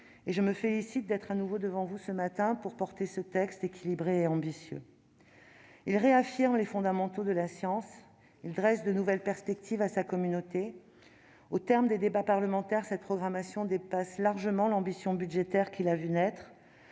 Je me félicite d'être de nouveau devant vous ce matin, pour défendre ce texte équilibré et ambitieux. Il réaffirme les fondamentaux de la science et dresse de nouvelles perspectives à sa communauté. Ainsi, au terme des débats parlementaires, cette programmation dépasse largement l'ambition budgétaire qui l'a vue naître.